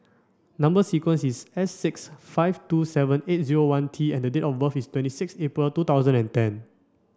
number sequence is S six five two seven eight zero one T and date of birth is twenty six April two thousand and ten